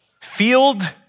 field